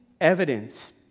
evidence